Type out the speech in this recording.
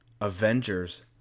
Avengers